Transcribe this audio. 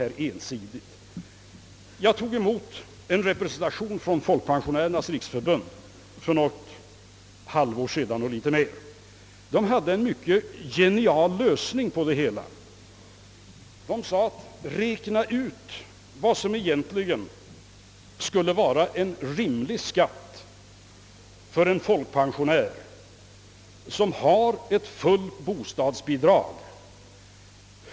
För något mer än ett halvår sedan tog jag emot representanter från Folkpensionärernas riksförbund. De hade en genial lösning att föreslå. De sade: »Räkna ut vad som egentligen skulle vara en rimlig skatt för en folkpensionär som har fullt bostadsbidrag!